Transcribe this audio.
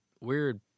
weird